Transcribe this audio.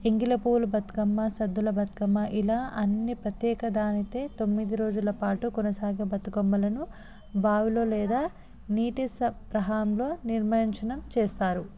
ఎంగిలిపుప్వుల బతుకమ్మ సద్దుల బతుకమ్మ ఇలా అన్నీ ప్రత్యేక దానిదే తొమ్మిది రోజుల పాటు కొనసాగే బతుకమ్మలను బావిలో లేదా నీటి సప్రహంలో నిమజ్జనం చేస్తారు